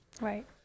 Right